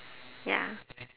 ya